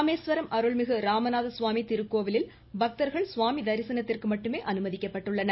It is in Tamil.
ராமேஸ்வரம் அருள்மிகு ராமநாத சுவாமி திருக்கோவிலில் பக்தர்கள் சுவாமி தரிசனத்திற்கு மட்டுமே அனுமதிக்கப்பட்டுள்ளனர்